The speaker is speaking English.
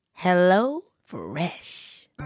HelloFresh